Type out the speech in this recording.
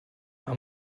man